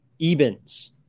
Ebens